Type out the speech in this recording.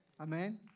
amen